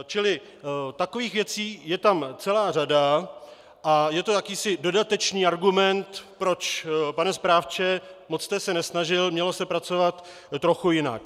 Čili takových věcí je tam celá řada a je to jakýsi dodatečný argument proč: pane správce, moc jste se nesnažil, mělo se pracovat trochu jinak.